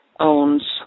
owns